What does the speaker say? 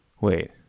Wait